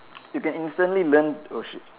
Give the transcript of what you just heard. you can instantly learn oh shit